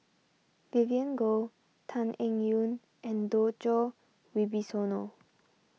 Vivien Goh Tan Eng Yoon and Djoko Wibisono